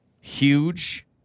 huge